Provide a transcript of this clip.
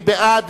מי בעד?